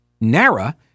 NARA